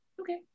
okay